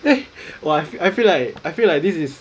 then !wah! I feel like I feel like this is